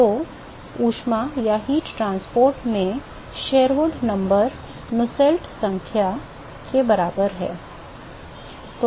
तो ऊष्मा परिवहन में शेरवुड संख्या नुसेल्ट संख्या के बराबर है